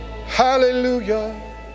Hallelujah